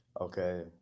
Okay